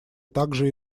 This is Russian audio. также